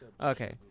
Okay